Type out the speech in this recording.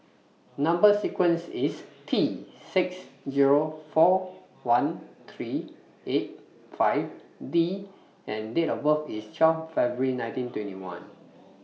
Number sequence IS T six four one three eight five D and Date of birth IS one two February one nine two one